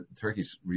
Turkey's